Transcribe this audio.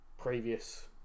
previous